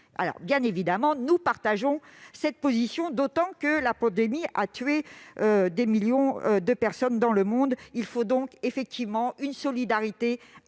Bien évidemment, nous partageons cette position, d'autant que la pandémie a tué des millions de personnes dans le monde. Il faut donc une solidarité